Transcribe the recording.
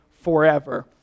forever